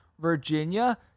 Virginia